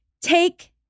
Take